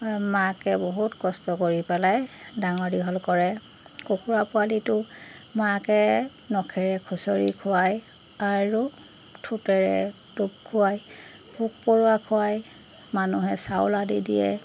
মাকে বহুত কষ্ট কৰি পেলাই ডাঙৰ দীঘল কৰে কুকুৰা পোৱালিটো মাকে নখেৰে খুচৰি খুৱায় আৰু ঠোঁটেৰে টোপ খুৱায় পোক পৰুৱা খুৱায় মানুহে চাউল আদি দিয়ে